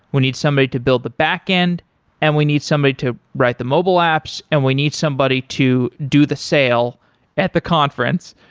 we need somebody to build the backend and we need somebody to write the mobile apps and we need somebody to do the sale at the conference.